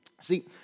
See